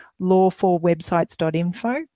lawforwebsites.info